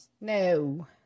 No